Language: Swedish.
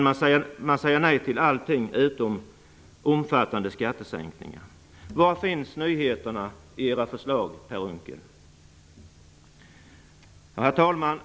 Man säger nej till allt utom omfattande skattesänkningar. Var finns nyheterna i era förslag, Per Unckel? Herr talman!